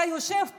אתה יושב פה,